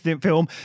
film